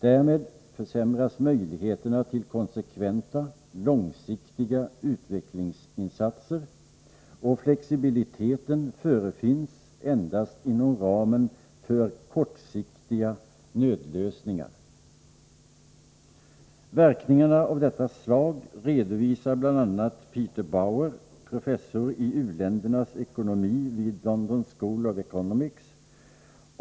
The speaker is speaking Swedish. Därmed försämras möjligheterna till konsekventa, långsiktiga utvecklingsinsatser, och flexibiliteten förefinns endast inom ramen för kortsiktiga nödlösningar. Verkningar av detta slag redovisar bl.a. Peter Bauer, professor i u-ländernas ekonomi vid London School of Economics.